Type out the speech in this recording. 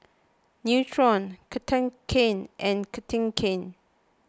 Nutren Cartigain and Cartigain